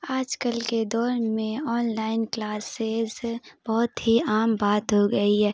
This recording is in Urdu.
آج کل کے دور میں آن لائن کلاسز بہت ہی عام بات ہو گئی ہے